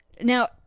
Now